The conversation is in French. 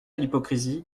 l’hypocrisie